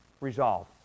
Resolve